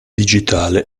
digitale